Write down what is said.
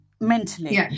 mentally